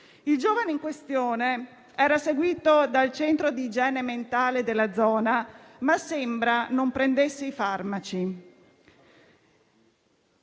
il giovane in Questura. Egli era seguito dal centro di igiene mentale della zona, ma sembra non assumesse i farmaci.